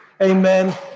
Amen